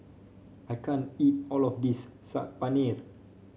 I can't eat all of this Saag Paneer